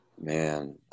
man